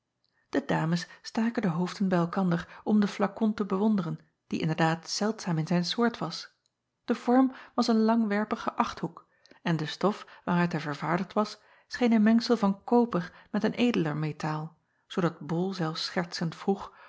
e dames staken de hoofden bij elkander om den flakon te bewonderen die inderdaad zeldzaam in zijn soort was e vorm was een langwerpige achthoek en de stof waaruit hij vervaardigd was scheen een mengsel van koper met acob van ennep laasje evenster delen een edeler metaal zoodat ol zelfs schertsend vroeg